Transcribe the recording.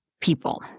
people